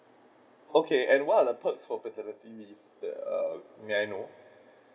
okay and what are the perks for paternity leave that err may I know